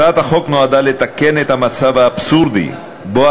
הצעת החוק נועדה לתקן את המצב האבסורדי שבו